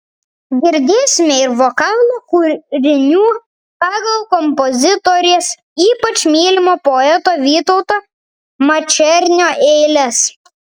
girdėsime ir vokalo kūrinių pagal kompozitorės ypač mylimo poeto vytauto mačernio eiles